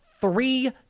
three